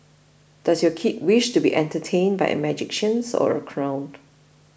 does your kid wish to be entertained by a magician or a clown